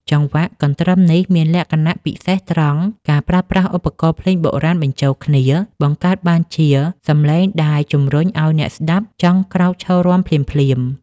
ចង្វាក់កន្ទ្រឹមនេះមានលក្ខណៈពិសេសត្រង់ការប្រើប្រាស់ឧបករណ៍ភ្លេងបុរាណបញ្ចូលគ្នា បង្កើតបានជាសម្លេងដែលជំរុញឱ្យអ្នកស្តាប់ចង់ក្រោកឈររាំភ្លាមៗ។